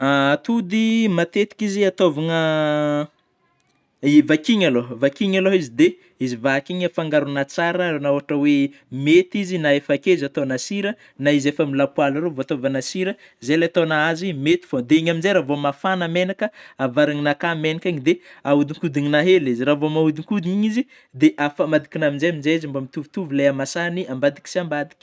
Atody matetiky izy ataôvagna, i vakina alô, vakiagna alô izy dia, izy vaky iny afangarona tsara na raha ohatra oe mety izy na efa akeo izy ataonao sira, na izy efa amin'ny lapoaly aro vao ataôvagna sira, zay ilay ataognao azy mety foana, de igny amin'izay raha vao mafagna menaka, avarina akany megnaka igny de ahodokodona hely izy, raha vao mahodikodigna izy de afamadika agna amin'izey, amin'izey izy mba mitovitovy ilay hamasahigny ambadika sy ambadika.